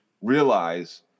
realize